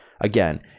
Again